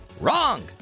Wrong